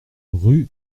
rue